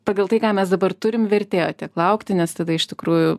pagal tai ką mes dabar turim vertėjo tiek laukti nes tada iš tikrųjų